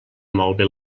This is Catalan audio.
malbé